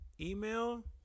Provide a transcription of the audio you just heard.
email